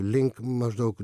link maždaug